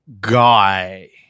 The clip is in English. guy